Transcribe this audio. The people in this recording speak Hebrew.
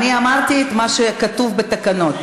אני אמרתי את מה שכתוב בתקנון,